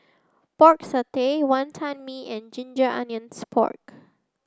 Pork Satay Wantan Mee and Ginger Onions Pork